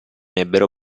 ebbero